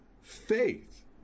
faith